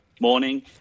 Morning